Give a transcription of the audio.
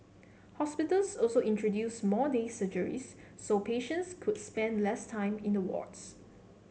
hospitals also introduced more day surgeries so patients could spend less time in the wards